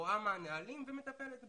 רואה מה הנהלים ומטפלת בו.